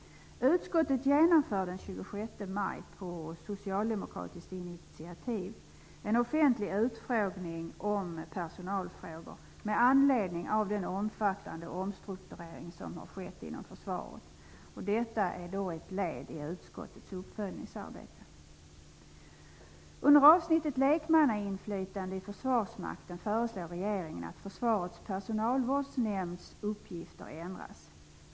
Utskottet genomför den 26 maj på socialdemokratiskt initiativ en offentlig utfrågning om personalfrågor med anledning av den omfattande omstrukturering som har skett inom försvaret. Detta är ett led i utskottets uppföljningsarbete. Försvarsmakten föreslår regeringen att Försvarets personalvårdsnämnds uppgifter skall ändras.